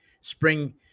spring